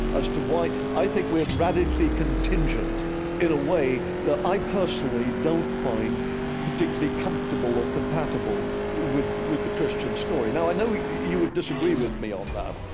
as to why, i think we're radically contingent in a way that i personally don't find particularly comfortable or compatible with with the christian story now, i know you would disagree with me on that.